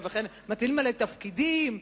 מטילים עלי תפקידים.